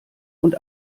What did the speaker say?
und